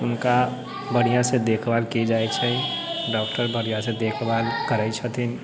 हुनका बढ़िआँसँ देखभाल कएल जाइ छै डॉक्टर बढ़िआँसँ देखभाल करै छथिन